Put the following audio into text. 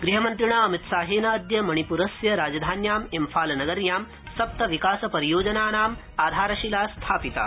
गृहमन्त्रिणा अमितशाहेन अद्य मणिपुरस्य राजधान्याम् इम्फालनगर्यां सप्त विकास परियोजनानाम् आधारशिला स्थापिता